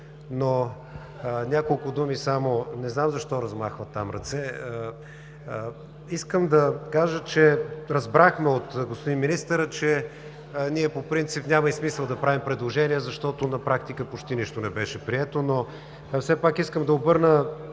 Но няколко думи. Не знам защо размахват там ръце. Искам да кажа, че разбрахме от господин Министъра, че ние по принцип няма мисъл да правим предложения, защото на практика почти нищо не беше прието. Но все пак искам да обърна